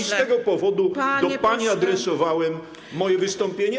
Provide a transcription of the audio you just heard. I z tego powodu do pani adresowałem moje wystąpienie.